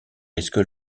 risque